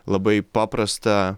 labai paprastą